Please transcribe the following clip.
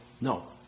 No